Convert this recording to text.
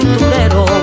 aventurero